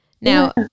Now